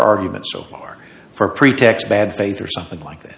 argument so far for pretext bad faith or something like that